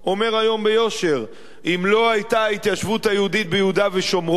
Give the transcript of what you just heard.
אומר היום ביושר שאם לא היתה ההתיישבות היהודית ביהודה ושומרון,